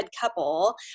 couple